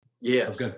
Yes